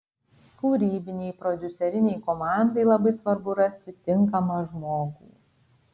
kūrybinei prodiuserinei komandai labai svarbu rasti tinkamą žmogų